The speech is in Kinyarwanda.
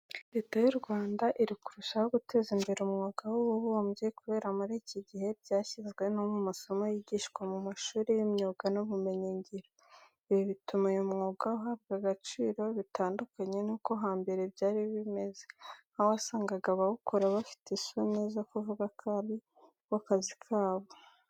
Leta y'u Rwanda iri kurushaho guteza imbere umwuga w'ububumbyi. Kubera ko muri iki gihe bwashyizwe no mu masomo yigishwa mu mashuri y'imyuga n'ubumenyingiro. Ibi bituma uyu mwuga uhabwa agaciro bitandukanye nuko hambere byari bimeze, aho wasangaga abawukora bafite isoni zo kuvuga ko ari ko kazi kabo.